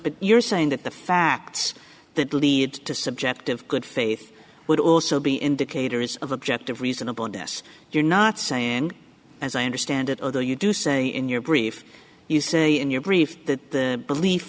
but you're saying that the facts that lead to subjective good faith would also be indicators of objective reasonable and yes you're not saying as i understand it although you do say in your brief you say in your brief that belief